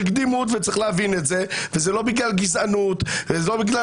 יש קדימות ואת זה צריך להבין וזה לא בגלל גזענות וזה לא בגלל